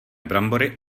brambory